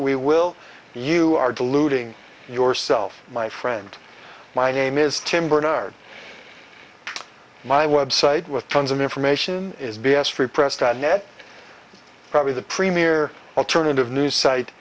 we will you are deluding yourself my friend my name is tim bernard my website with tons of information is b s free press that net probably the premier alternative news site